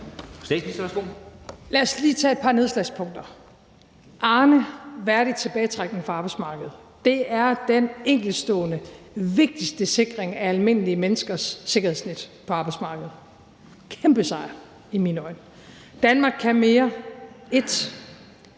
Lad os lige tage et par nedslagspunkter. Arne og værdig tilbagetrækning fra arbejdsmarkedet. Det er den vigtigste enkeltstående sikring af almindelige menneskers sikkerhedsnet på arbejdsmarkedet. Det er i mine øjne en kæmpe